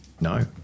no